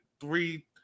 three